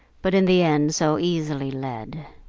but in the end so easily led.